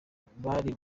bari